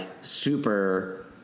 Super